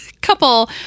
Couple